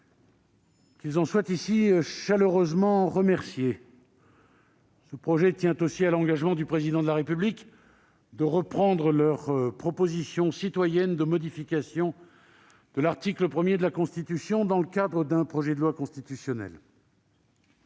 Qu'ils en soient ici chaleureusement remerciés. Ce projet tient aussi à l'engagement du Président de la République de reprendre leur proposition citoyenne de modification de l'article 1 de la Constitution, dans le cadre d'un projet de loi constitutionnelle.